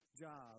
job